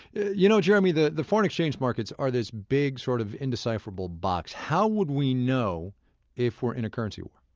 you know jeremy, the the foreign exchange markets are this big, sort of indecipherable box. how would we know if we're in a currency war?